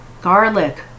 garlic